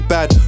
Bad